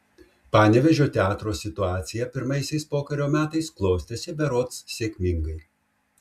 panevėžio teatro situacija pirmaisiais pokario metais klostėsi berods sėkmingai